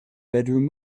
bedroom